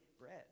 bread